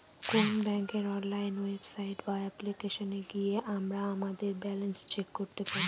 কোন ব্যাঙ্কের online website বা অ্যাপ্লিকেশনে গিয়ে আমরা আমাদের ব্যালান্স চেক করতে পারি